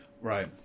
right